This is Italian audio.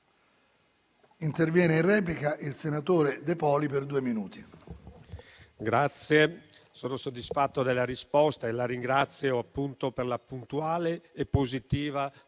intervenire in replica il senatore De Poli, per due minuti.